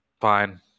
Fine